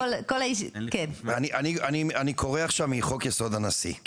אני קורא עכשיו מחוק יסוד הנשיא,